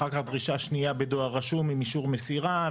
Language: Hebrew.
אחר כך דרישה שנייה בדואר רשום עם אישור מסירה,